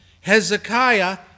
Hezekiah